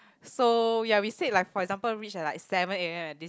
so yea we said like for example reached at like seven A_M at this